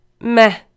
meh